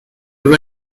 one